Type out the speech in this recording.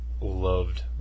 loved